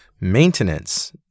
maintenance